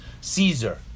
Caesar